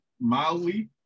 mildly